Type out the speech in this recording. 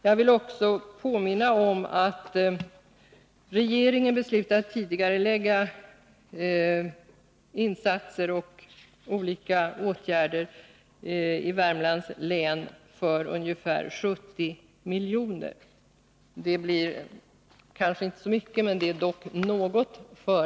Jag vill också påminna om att regeringen beslutat tidigarelägga insatser och olika åtgärder i Värmlands län för ungefär 70 miljoner.